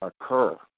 occur